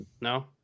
no